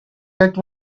that